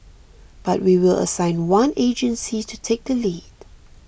but we will assign one agency to take the lead